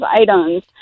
items